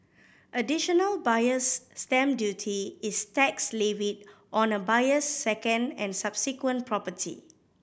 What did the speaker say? Additional Buyer's Stamp Duty is tax levied on a buyer's second and subsequent property